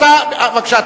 בבקשה.